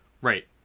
Right